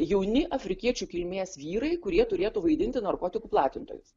jauni afrikiečių kilmės vyrai kurie turėtų vaidinti narkotikų platintojus